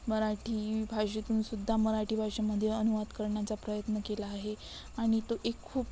मराठी भाषेतून सुद्धा मराठी भाषेमध्ये अनुवाद करण्याचा प्रयत्न केला आहे आणि तो एक खूप